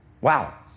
wow